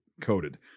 coated